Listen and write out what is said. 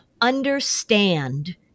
understand